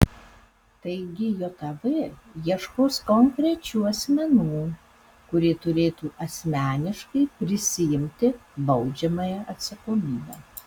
taigi jav ieškos konkrečių asmenų kurie turėtų asmeniškai prisiimti baudžiamąją atsakomybę